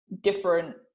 different